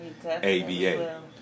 ABA